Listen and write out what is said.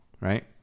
Right